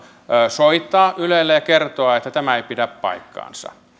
soittaa ylelle ja kertoa että tämä ei pidä paikkaansa